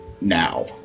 now